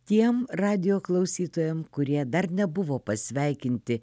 tiem radijo klausytojam kurie dar nebuvo pasveikinti